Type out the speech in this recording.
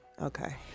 Okay